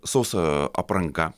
sausa apranga